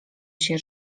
się